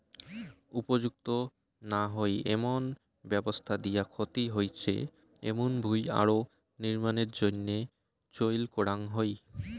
উপযুক্ত না হই এমন ব্যবস্থা দিয়া ক্ষতি হইচে এমুন ভুঁই আরো নির্মাণের জইন্যে চইল করাঙ হই